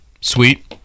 Sweet